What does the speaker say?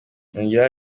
yongeraho